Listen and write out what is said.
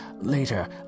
Later